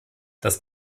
das